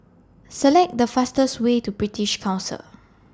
Select The fastest Way to British Council